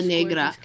Negra